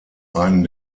einen